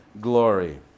glory